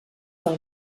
del